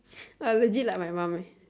uh legit like my mom eh